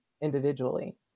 individually